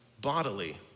bodily